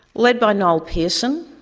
led by noel pearson,